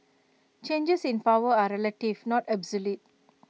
changes in power are relative not absolute